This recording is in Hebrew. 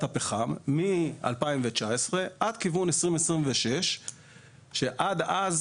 הפחם מ-2019 ועד לכיוון 2026 כאשר עד אז